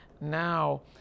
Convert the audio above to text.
Now